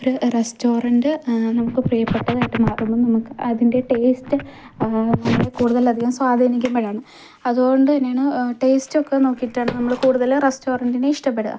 ഒരു റസ്റ്റോറൻറ് നമുക്ക് പ്രിയപ്പെട്ടതായിട്ട് മാറുന്നത് അതിൻ്റെ ടേസ്റ്റ് നമ്മളെ കൂടുതലധികം സ്വാധീനിക്കുമ്പോഴാണ് അതുകൊണ്ടുതന്നെയാണ് ടേസ്റ്റ് ഒക്കെ നോക്കിയിട്ടാണ് നമ്മൾ കൂടുതൽ റസ്റ്റോറൻറിനെ ഇഷ്ടപ്പെടുക